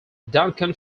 duncan